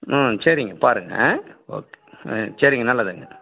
ம் சரிங்க பாருங்கள் ஆ ஓகே ஆ சரிங்க நல்லதுங்க